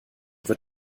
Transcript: wird